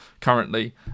currently